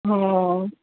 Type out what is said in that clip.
હ